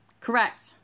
Correct